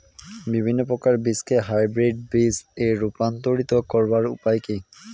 বিভিন্ন প্রকার বীজকে হাইব্রিড বীজ এ রূপান্তরিত করার উপায় কি?